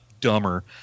dumber